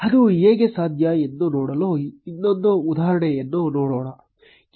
ಅದು ಹೇಗೆ ಸಾಧ್ಯ ಎಂದು ನೋಡಲು ಇನ್ನೊಂದು ಉದಾಹರಣೆಯನ್ನು ನೋಡೋಣ